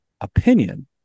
opinion